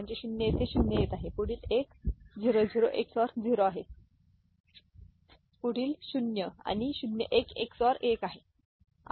म्हणजे 0 येथे 0 येत आहे पुढील एक 0 0 XORed 0 आहे पुढील एक 0 आणि 0 1 XORed 1 आहे ठीक आहे